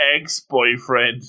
Ex-boyfriend